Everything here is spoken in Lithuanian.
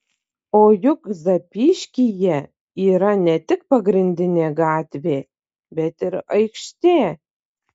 o juk zapyškyje yra ne tik pagrindinė gatvė bet ir aikštė